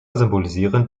symbolisieren